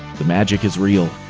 the magic is real.